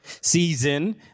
season